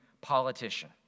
politician